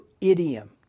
idiom